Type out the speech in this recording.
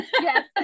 Yes